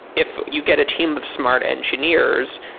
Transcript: if you get a team of smart engineers,